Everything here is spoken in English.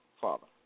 father